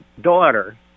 daughter